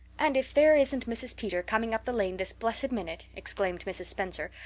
and if there isn't mrs. peter coming up the lane this blessed minute! exclaimed mrs. spencer,